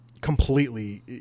completely